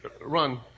run